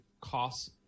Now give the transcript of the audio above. cost